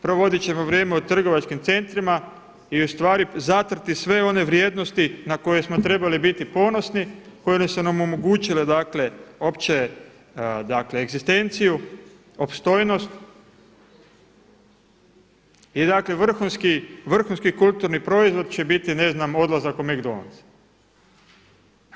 Provoditi ćemo vrijeme u trgovačkim centrima i ustvari zatrti sve one vrijednosti na koje smo trebali biti ponosni koje su nam omogućile dakle opće dakle egzistenciju, opstojnost i dakle vrhunski kulturni proizvod će biti ne znam odlazak u Mc Donald's.